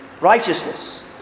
righteousness